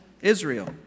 Israel